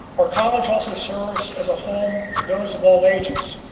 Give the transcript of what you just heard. our college also serves as a home to those of all ages.